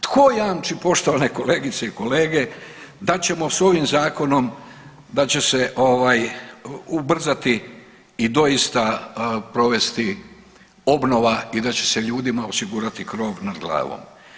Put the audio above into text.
Tko jamči poštovane kolegice i kolege da ćemo s ovim zakonom da će se ubrzati i doista provesti obnova i da će se ljudima osigurati krov nad glavom?